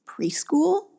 preschool